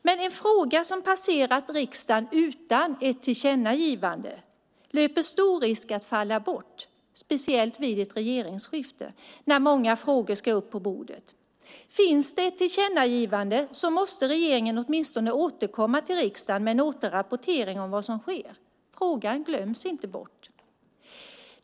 Men en fråga som passerat riksdagen utan ett tillkännagivande löper stor risk att falla bort, speciellt vid ett regeringsskifte, när många frågor ska upp på bordet. Finns det ett tillkännagivande måste regeringen åtminstone återkomma till riksdagen med en återrapportering om vad som sker. Frågan glöms inte bort.